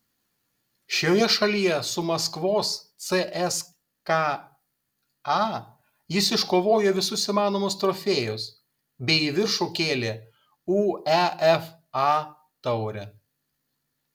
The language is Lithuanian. šioje šalyje su maskvos cska jis iškovojo visus įmanomus trofėjus bei į viršų kėlė uefa taurę